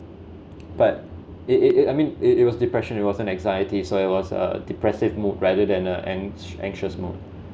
but it it it I mean it it was depression it wasn't anxiety so it was a depressive mood rather than uh an anxious mode